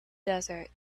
desert